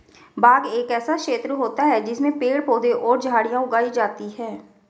बाग एक ऐसा क्षेत्र होता है जिसमें पेड़ पौधे और झाड़ियां उगाई जाती हैं